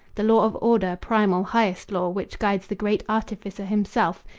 the law of order primal, highest law which guides the great artificer himself,